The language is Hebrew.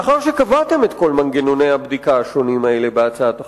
לאחר שקבעתם את כל מנגנוני הבדיקה השונים האלה בהצעת החוק,